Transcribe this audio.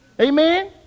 Amen